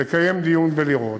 לקיים דיון ולראות.